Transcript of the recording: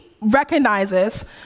recognizes